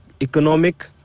economic